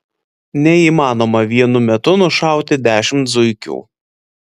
neįmanoma vienu metu nušauti dešimt zuikių